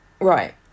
right